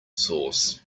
sauce